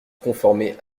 conformer